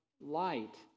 light